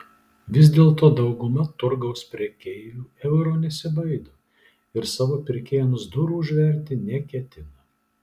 vis dėlto dauguma turgaus prekeivių euro nesibaido ir savo pirkėjams durų užverti neketina